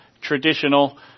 traditional